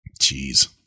Jeez